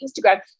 Instagram